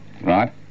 Right